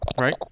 Right